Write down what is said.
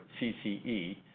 CCE